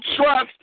trust